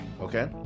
Okay